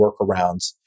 workarounds